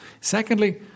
Secondly